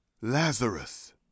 Lazarus